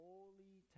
holy